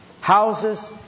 houses